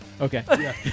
Okay